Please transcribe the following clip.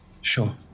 Sure